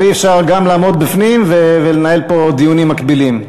אבל אי-אפשר לעמוד בפנים ולנהל פה דיונים מקבילים.